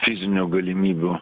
fizinių galimybių